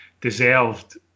deserved